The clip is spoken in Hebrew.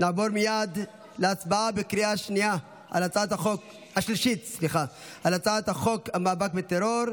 נעבור מייד להצבעה בקריאה השלישית על הצעת חוק המאבק בטרור,